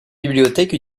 bibliothèques